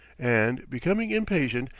and, becoming impatient,